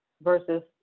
versus